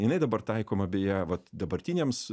jinai dabar taikoma beje vat dabartiniams